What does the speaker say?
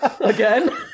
again